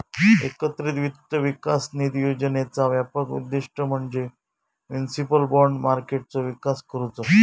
एकत्रित वित्त विकास निधी योजनेचा व्यापक उद्दिष्ट म्हणजे म्युनिसिपल बाँड मार्केटचो विकास करुचो